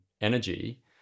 energy